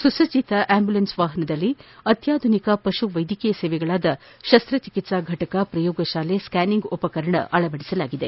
ಸುಸಜ್ಜತ ambulance ವಾಹನದಲ್ಲಿ ಆತ್ಮಾಧುನಿಕ ಪಶು ವೈದ್ಯಕೀಯ ಸೇವೆಗಳಾದ ಶಸ್ತಚಿಕಿತ್ಸಾ ಫಟಕ ಶ್ರಯೋಗತಾಲೆ ಸ್ಕ್ಯಾನಿಂಗ್ ಉಪಕರಣಗಳನ್ನು ಅಳವಡಿಸಲಾಗಿದೆ